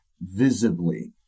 visibly